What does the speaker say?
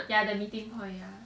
ya the meeting point ya